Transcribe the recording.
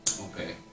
Okay